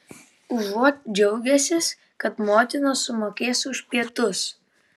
užuot džiaugęsis kad motina sumokės už pietus